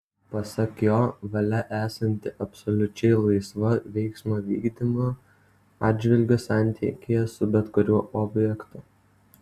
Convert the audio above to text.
pasak jo valia esanti absoliučiai laisva veiksmo vykdymo atžvilgiu santykyje su bet kuriuo objektu